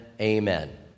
amen